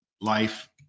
life